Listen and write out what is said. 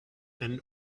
and